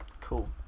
Cool